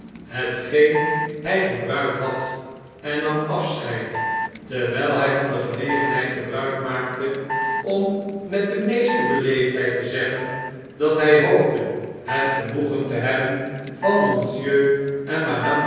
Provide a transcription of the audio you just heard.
hetgeen hg gebruikt had en nam afscheid terwijl bn van de gelegenheid gebruik maakte om met de meeste beleefdheid te zeggen dat hh hoopte het genoegen te hebben van monsieur en